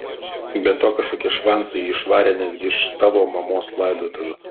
be to kažkokie švancai jį išvarė netgi iš tavo mamos laidotuvių